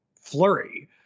flurry